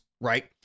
right